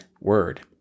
word